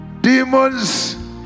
Demons